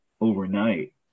overnight